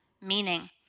meaning